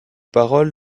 paroles